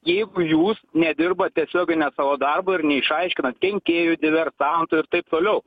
jeigu jūs nedirbat tiesioginio savo darbo ir neišaiškinat kenkėjų diversantų ir taip toliau